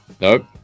Nope